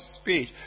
speech